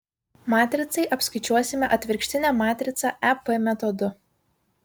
matricai apskaičiuosime atvirkštinę matricą ep metodu